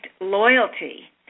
loyalty